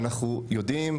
ואנחנו יודעים,